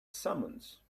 summons